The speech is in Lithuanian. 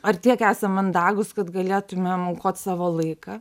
ar tiek esam mandagūs kad galėtumėm aukot savo laiką